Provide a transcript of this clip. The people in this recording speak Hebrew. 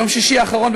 ביום שישי האחרון,